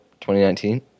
2019